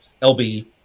lb